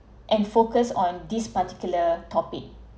and focus on this particular topic